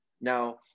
Now